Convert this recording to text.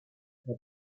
herr